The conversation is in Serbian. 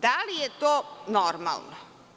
Da li je to normalno?